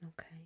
Okay